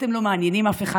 אתם לא מעניינים אף אחד.